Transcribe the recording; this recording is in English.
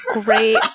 great